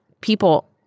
people